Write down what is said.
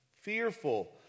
fearful